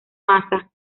maza